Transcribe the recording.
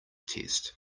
test